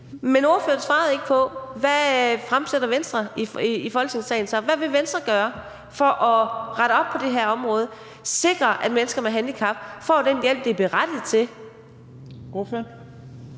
men ordføreren svarede ikke på, hvad Venstre så fremsætter i Folketingssalen. Hvad vil Venstre gøre for at rette op på det her område og sikre, at mennesker med handicap får den hjælp, de er berettiget til?